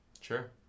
Sure